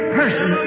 person